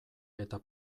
eta